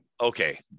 okay